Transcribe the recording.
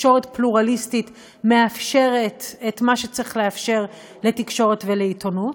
תקשורת פלורליסטית שמאפשרת את מה שצריך לאפשר לתקשורת ולעיתונות.